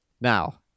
Now